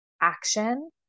action